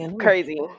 crazy